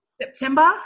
September